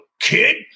kid